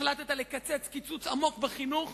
החלטת לקצץ קיצוץ עמוק בחינוך,